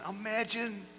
imagine